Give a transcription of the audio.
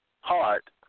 heart